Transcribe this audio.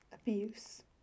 abuse